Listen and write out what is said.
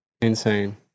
Insane